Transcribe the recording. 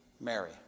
Mary